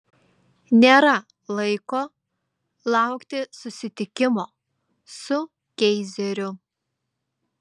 nėra laiko laukti susitikimo su keizeriu